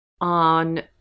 on